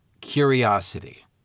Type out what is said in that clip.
curiosity